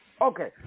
Okay